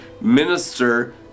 minister